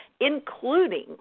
including